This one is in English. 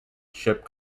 ship